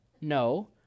no